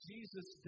Jesus